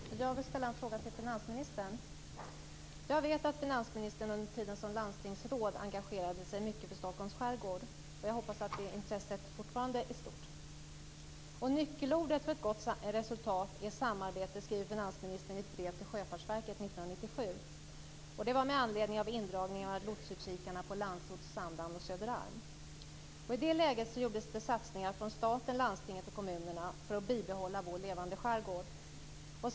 Fru talman! Jag vill ställa en fråga till finansministern. Jag vet att finansministern under tiden som landstingsråd engagerade sig mycket för Stockholms skärgård. Jag hoppas att det intresset fortfarande är stort. Finansministern skriver i ett brev till Sjöfartsverket år 1997: Nyckelordet för ett gott resultat är samarbete. Det var med anledning av indragning av lotsutkikarna på Landsort, Sandhamn och Söderarm. I det läget gjordes det satsningar från staten, landstinget och kommunerna för att bibehålla vår levande skärgård.